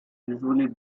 usually